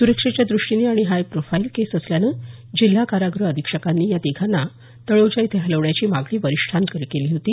सुरक्षेच्या दृष्टीने आणि हाय प्रोफाइल केस असल्यानं जिल्हा कारागृह अधीक्षकांनी या तिघांना तळोजा येथे हलविण्याची मागणी वरिष्ठांकडे केली होती